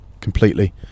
Completely